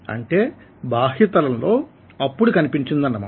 అంటే బాహ్య తలంలో అప్పుడు కనిపిమిచిందన్నమాట